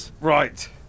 Right